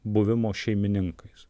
buvimo šeimininkais